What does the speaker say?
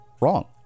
wrong